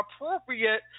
appropriate